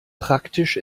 praktisch